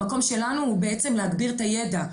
המקום שלנו הוא בעצם להגביר את הידע.